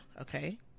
okay